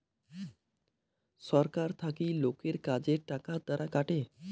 ছরকার থাকি লোকের কাজের টাকার দ্বারা কাটে